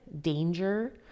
danger